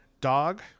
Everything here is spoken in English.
Dog